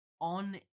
on